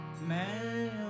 man